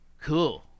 Cool